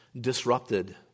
disrupted